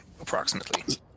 approximately